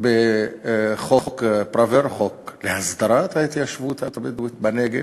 בחוק פראוור, חוק להסדרת ההתיישבות הבדואית בנגב.